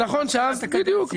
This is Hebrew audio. בדיוק.